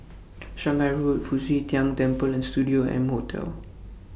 Shanghai Road Fu Xi Tang Temple and Studio M Hotel